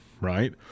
right